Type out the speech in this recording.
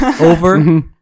over